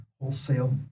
wholesale